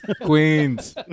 Queens